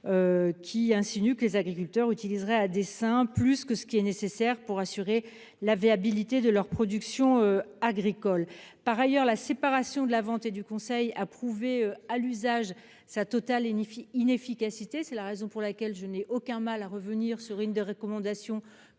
insinuant que les agriculteurs utiliseraient à dessein plus que ce qui est nécessaire pour assurer la viabilité de leur production agricole. Par ailleurs, la séparation de la vente et du conseil a prouvé, à l'usage, sa totale inefficacité ; c'est la raison pour laquelle je n'ai aucun mal à revenir sur l'une des recommandations que